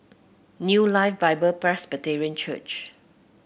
New Life Bible Presbyterian Church